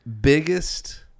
Biggest